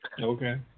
Okay